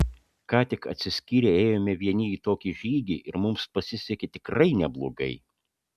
ką tik atsiskyrę ėjome vieni į tokį žygį ir mums pasisekė tikrai neblogai